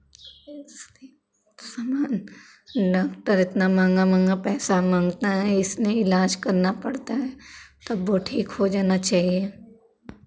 इसलिए सामान डॉक्टर इतना महँगा महँगा पैसा माँगता है इसने इलाज करना पड़ता है तब वो ठीक हो जाना चाहिए